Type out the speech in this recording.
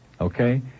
Okay